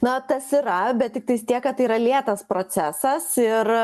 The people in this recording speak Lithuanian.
na tas yra bet tiktais tiek kad tai yra lėtas procesas ir